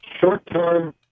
short-term